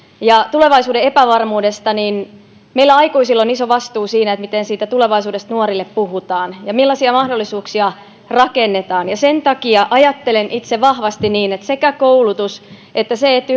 ja tulevaisuuden epävarmuudesta niin meillä aikuisilla on iso vastuu siinä miten siitä tulevaisuudesta nuorille puhutaan ja millaisia mahdollisuuksia rakennetaan sen takia ajattelen itse vahvasti niin että sekä koulutus että se että